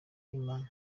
ry’imana